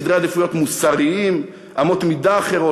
סדרי עדיפויות מוסריים; אמות מידה אחרות,